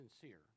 sincere